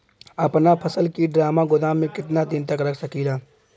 अपना फसल की ड्रामा गोदाम में कितना दिन तक रख सकीला?